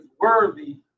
worthy